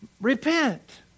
Repent